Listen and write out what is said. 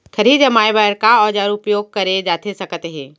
खरही जमाए बर का औजार उपयोग करे जाथे सकत हे?